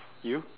you